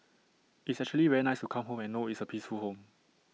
it's actually very nice to come home and know it's A peaceful home